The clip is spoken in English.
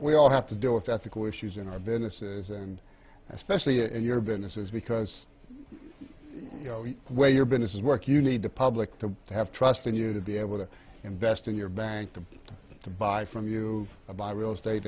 we all have to deal with ethical issues in our businesses and especially in your businesses because when your business is work you need the public to have trust in you to be able to invest in your bank to to buy from you by real estate